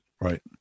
Right